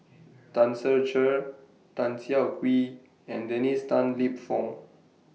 Tan Ser Cher Tan Siah Kwee and Dennis Tan Lip Fong